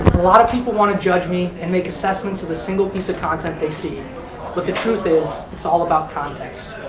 a lot of people wanna judge me and make assessments with a single piece of content they see, but the truth is it's all about context.